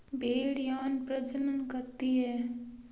भेड़ यौन प्रजनन करती है